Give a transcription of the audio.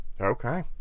Okay